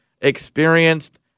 experienced